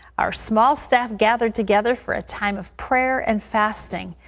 our small staff gathered together for a time of prayer and fasting.